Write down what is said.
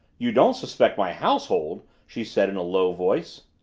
you don't suspect my household? she said in a low voice.